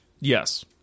Yes